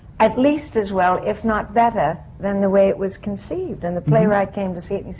at least as well if not better than the way it was conceived. and the playwright came to see it and